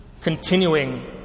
continuing